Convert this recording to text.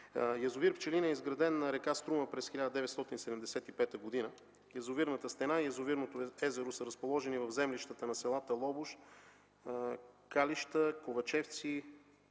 Язовир „Пчелина” е изграден на река Струма през 1975 г. Язовирната стена и язовирното езеро са разположени в землищата на селата Лобош, Калище, Ковачевци,